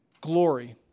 glory